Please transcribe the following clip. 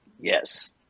yes